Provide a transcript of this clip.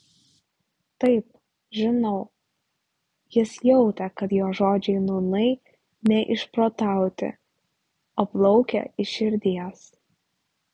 taip žinau jis jautė kad jo žodžiai nūnai ne išprotauti o plaukia iš širdies